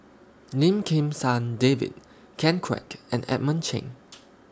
Lim Kim San David Ken Kwek and Edmund Cheng